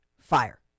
fire